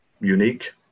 unique